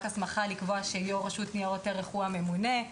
רק הסמכה לקבוע שיושב ראש רשות ניירות ערך הוא הממונה.